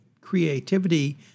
creativity